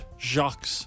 Jacques